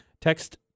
Text